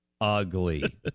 ugly